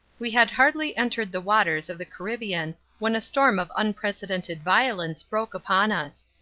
we had hardly entered the waters of the caribbean when a storm of unprecedented violence broke upon us.